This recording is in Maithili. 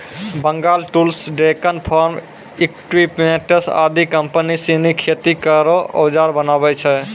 Bengal tools, Deccan farm equipments आदि कम्पनी सिनी खेती केरो औजार बनावै छै